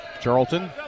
Charlton